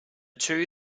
two